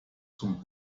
zum